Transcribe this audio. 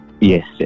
Yes